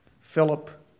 Philip